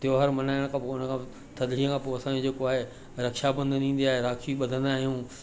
त्योहार मल्हाइण खां पोइ उन खां थधिड़ीअ खां पोइ असांखे जेको आहे रक्षाबंधन ईंदी आहे राखी बधंदा आहियूं